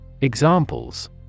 Examples